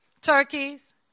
turkeys